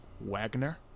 Wagner